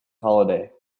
holiday